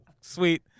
sweet